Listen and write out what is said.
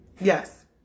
Yes